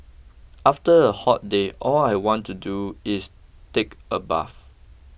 after a hot day all I want to do is take a bath